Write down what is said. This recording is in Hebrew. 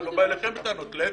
אני לא בא אליכם בטענות, להיפך,